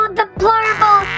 deplorable